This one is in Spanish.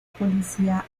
policía